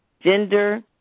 gender